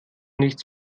nichts